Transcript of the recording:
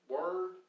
word